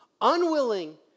unwilling